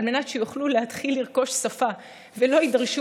על מנת שיוכלו להתחיל לרכוש שפה ולא יידרשו